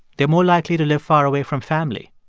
they're more likely to live far away from family.